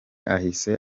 ahise